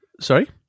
sorry